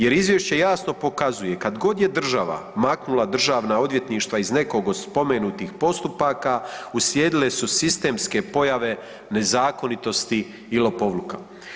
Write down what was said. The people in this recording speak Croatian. Jer izvješće jasno pokazuje kad god je država maknula državna odvjetništva iz nekog od spomenutih postupaka uslijedile su sistemske pojave nezakonitosti i lopovluka.